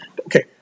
okay